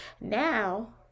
Now